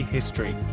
History